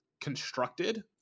constructed